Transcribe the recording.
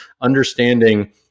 understanding